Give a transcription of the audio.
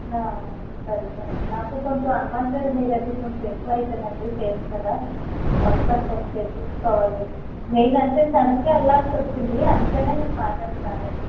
సరే సరే నాకు కొంచెం అన్వాంటెడ్ హెయిర్ అది కొంచెం ఎక్కువ అయిపోయిందండి ఫేస్ మీద వస్తాను కొంచెం చేయించుకోవాలి మెయిన్ అంటే సడెన్గా వెళ్ళాల్సి వచ్చింది అందుకనిపార్లర్కి రాలేదు